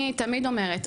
אני תמיד אומרת,